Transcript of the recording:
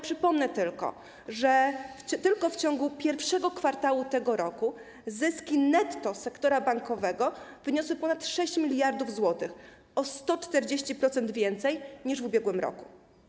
Przypomnę, że tylko w ciągu I kwartału tego roku zyski netto sektora bankowego wyniosły ponad 6 mld zł - o 140% więcej niż w ubiegłym roku.